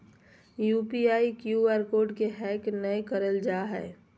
UPI, Q R code के hack नयय करल जा हइ